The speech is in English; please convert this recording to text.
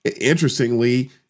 Interestingly